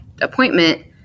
appointment